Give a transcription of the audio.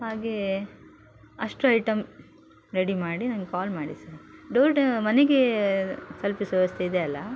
ಹಾಗೇ ಅಷ್ಟು item ready ಮಾಡಿ ನಂಗೆ ಕಾಲ್ ಮಾಡಿ ಸರ್ ಡೋರ್ಟ್ ಮನೆಗೇ ತಲುಪಿಸುವ ವ್ಯವಸ್ಥೆ ಇದೆಯಲ್ಲ